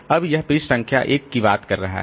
अब यह पृष्ठ संख्या 1 की बात कर रहा है